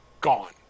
gone